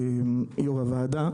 יו"ר הוועדה,